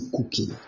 cooking